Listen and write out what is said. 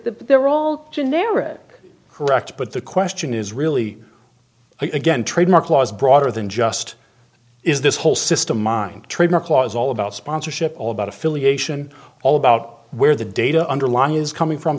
they're all generic correct but the question is really again trademark law is broader than just is this whole system mind trademark law is all about sponsorship all about affiliation all about where the data under law is coming from